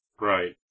Right